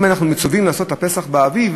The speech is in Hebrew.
אם אנחנו מצווים לעשות את הפסח באביב,